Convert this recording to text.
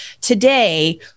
today